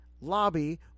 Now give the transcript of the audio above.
lobby